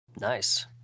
Nice